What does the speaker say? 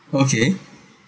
okay